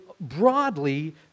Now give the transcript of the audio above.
broadly